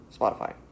Spotify